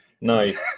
Nice